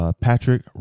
Patrick